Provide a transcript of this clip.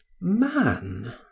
man